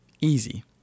easy